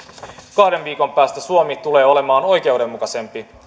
kahden viikon päästä suomi tulee olemaan oikeudenmukaisempi